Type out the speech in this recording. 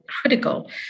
critical